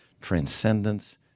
transcendence